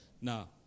now